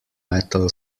metal